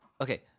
Okay